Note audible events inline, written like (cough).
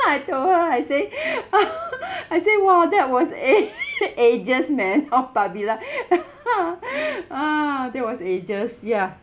I told her I say (laughs) ah I say !wah! that was ag~ (laughs) ages man haw par villa (laughs) ah that was ages ya